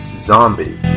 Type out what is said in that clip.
Zombie